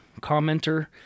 commenter